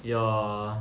ya